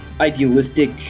idealistic